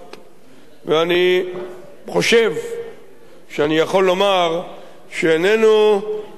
ואני חושב שאני יכול לומר שאיננו רחוקים